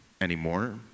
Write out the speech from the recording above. anymore